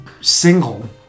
single